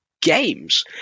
games